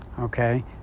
okay